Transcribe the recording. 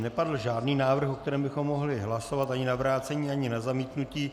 Nepadl žádný návrh, o kterém bychom mohli hlasovat, ani na vrácení, ani na zamítnutí.